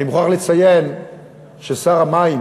אני מוכרח לציין ששר המים